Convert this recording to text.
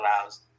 allows